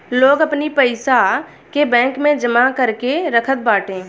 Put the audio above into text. लोग अपनी पईसा के बैंक में जमा करके रखत बाटे